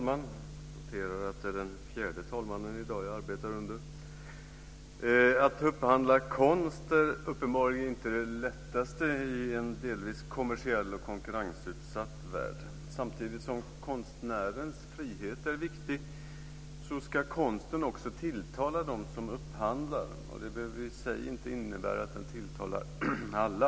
Herr talman! Att upphandla konst är uppenbarligen inte det lättaste i en delvis kommersiell och konkurrensutsatt värld. Samtidigt som konstnärens frihet är viktig ska konsten också tilltala dem som upphandlar den. Det behöver i och för sig inte innebära att den tilltalar alla.